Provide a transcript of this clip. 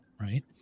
right